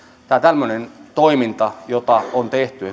tämä tämmöinen toiminta jota on tehty